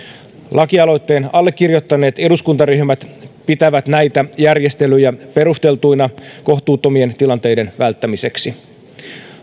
lakialoitteen allekirjoittaneet eduskuntaryhmät pitävät näitä järjestelyjä perusteltuina kohtuuttomien tilanteiden välttämiseksi